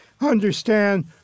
understand